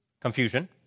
Confusion